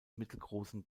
mittelgroßen